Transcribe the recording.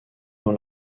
dans